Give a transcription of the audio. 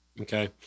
Okay